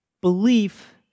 belief